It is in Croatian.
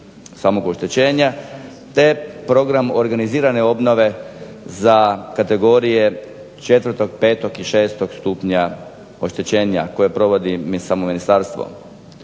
samog oštećenja te program organizirane obnove za kategorije 4., 5., i 6. stupnja oštećenja koje provodi i samo ministarstvo.